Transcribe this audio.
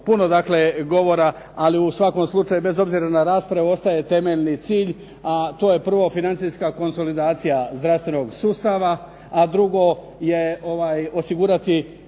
dakle govora, ali u svakom slučaju bez obzira na raspravu, ostaje temeljni cilj, a to je prvo financijska konsolidacija zdravstvenog sustava, a drugo je osigurati